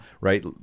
Right